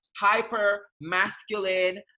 hyper-masculine